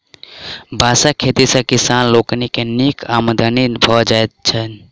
बाँसक खेती सॅ किसान लोकनि के नीक आमदनी भ जाइत छैन